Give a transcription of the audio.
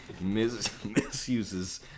misuses